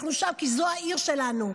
אנחנו שם כי זו העיר שלנו,